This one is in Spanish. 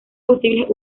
posibles